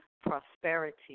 prosperity